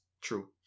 True